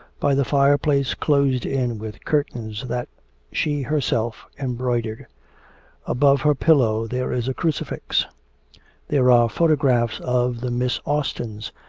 by the fireplace closed in with curtains that she herself embroidered above her pillow there is a crucifix there are photographs of the miss austins,